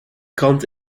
krant